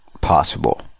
possible